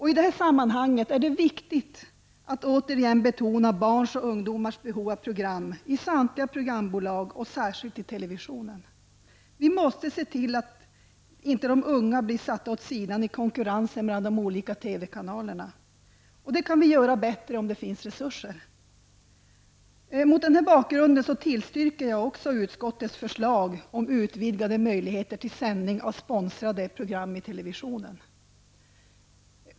I detta sammanhang är det viktigt att återigen betona barns och ungdomars behov av program i samtliga programbolag och särskilt i televisionen. Vi måste se till att inte de unga blir satta åt sidan i konkurrensen mellan de olika TV-kanalerna. Det kan vi göra bättre om det finns resurser. Mot denna bakgrund tillstyrker jag utskottets förslag om utvidgade möjligheter till sändning av sponsrade program i televisionen.